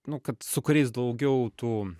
nu kad su kuriais daugiau tu